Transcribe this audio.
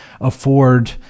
afford –